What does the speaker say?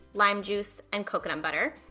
lime juice, and coconut butter,